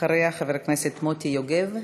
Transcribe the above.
אחריה, חבר הכנסת מוטי יוגב.